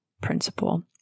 principle